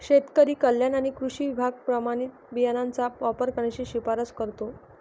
शेतकरी कल्याण आणि कृषी विभाग प्रमाणित बियाणांचा वापर करण्याची शिफारस करतो